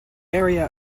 area